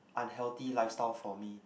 unhealthy lifestyle for me